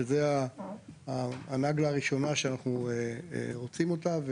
שזה הנגלה הראשונה שאנחנו רוצים אותה.